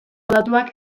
datuak